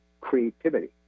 creativity